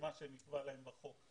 ומה שנקבע להם בחוק.